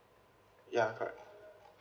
ya correct